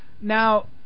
Now